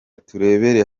turebere